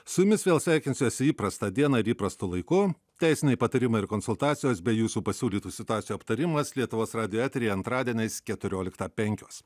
su jumis vėl sveikinsiuosi įprastą dieną ir įprastu laiku teisiniai patarimai ir konsultacijos bei jūsų pasiūlytų situacijų aptarimas lietuvos radijo eteryje antradieniais keturioliktą penkios